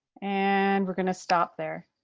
and we're gonna stop there.